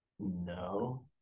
No